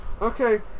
Okay